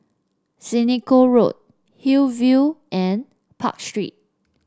Senoko Road Hillview and Park Street